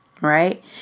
Right